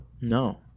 No